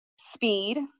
Speed